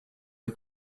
les